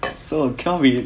so kelvin